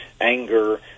anger